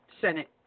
Senate